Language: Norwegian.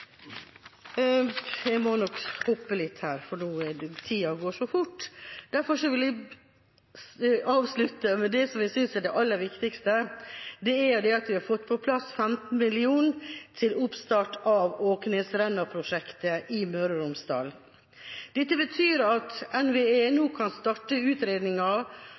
Jeg vil avslutte med det jeg synes er det aller viktigste. Det er jo at vi har fått på plass 15 mill. kr til oppstart av Åknesremna-prosjektet i Møre og Romsdal. Dette betyr at NVE nå kan starte